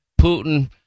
Putin